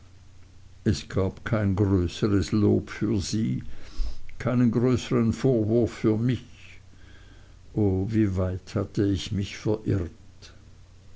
es gab kein größeres lob für sie keinen größern vorwurf für mich o wie weit hatte ich mich verirrt